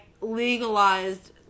legalized